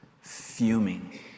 fuming